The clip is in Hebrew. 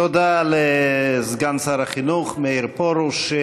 תודה לסגן שר החינוך מאיר פרוש.